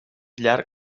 llarg